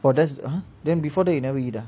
for just !huh! then before that you never eat ah